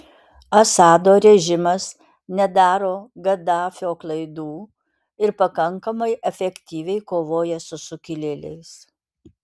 assado režimas nedaro gaddafio klaidų ir pakankamai efektyviai kovoja su sukilėliais